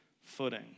footing